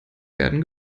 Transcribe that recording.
werden